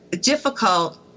difficult